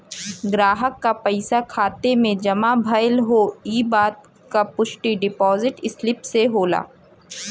ग्राहक क पइसा खाता में जमा भयल हौ इ बात क पुष्टि डिपाजिट स्लिप से होला